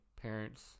parents